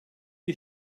die